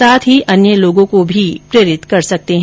साथ ही अन्य लोगों को भी प्रेरित कर सकते हैं